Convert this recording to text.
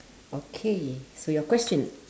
okay so your question